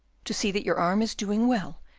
to see that your arm is doing well,